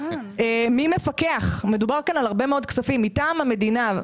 מי מפקח - מדובר כאן על הרבה מאוד כספים מטעם המדינה?